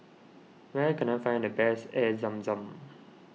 where can I find the best Air Zam Zam